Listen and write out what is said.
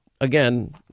again